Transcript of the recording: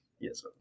Yes